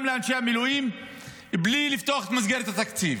לאנשי המילואים בלי לפתוח את מסגרת התקציב.